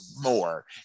more